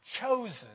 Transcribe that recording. chosen